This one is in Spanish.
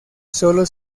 sólo